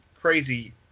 Crazy